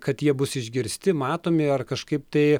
kad jie bus išgirsti matomi ar kažkaip tai